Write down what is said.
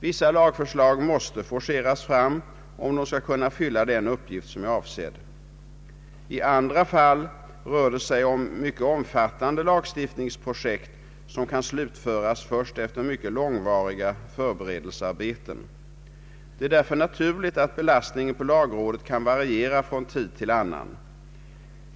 Vissa lagförslag måste forceras fram om de skall kunna fylla den uppgift som de är avsedda att fylla. I andra fall rör det sig om mycket omfattande lagstiftningsprojekt som kan slutföras först efter långvariga förberedelsearbeten. Det är därför naturligt att belastningen på lagrådet kan variera från tid till annan.